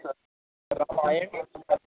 रामायणे